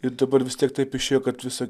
ir dabar vis tiek taip išėjo kad visą